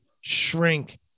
shrink